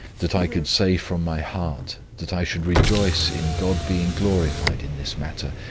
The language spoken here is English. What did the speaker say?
that i could say from my heart, that i should rejoice in god being glorified in this matter,